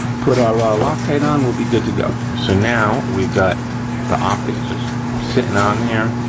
put our ah loctite on, we'll be good to go. so now we got the optic just sitting on there.